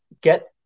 get